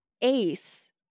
ace